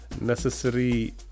necessary